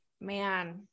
man